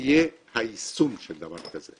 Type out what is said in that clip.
יהיה היישום של דבר כזה?